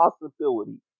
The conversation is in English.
possibility